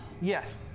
Yes